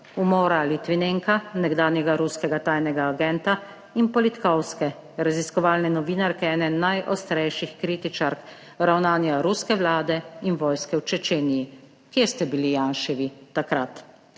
umora Litvinenka, nekdanjega ruskega tajnega agenta, in Politkovske raziskovalne novinarke, ene najostrejših kritičark ravnanja ruske vlade in vojske v Čečeniji. Kje ste bili Janševi takrat?